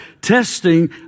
testing